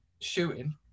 shooting